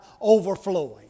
overflowing